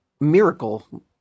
miracle